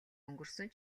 өнгөрсөн